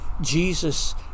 Jesus